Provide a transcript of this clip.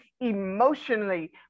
emotionally